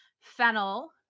fennel